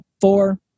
Four